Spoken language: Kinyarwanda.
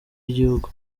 y’igihugu